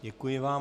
Děkuji vám.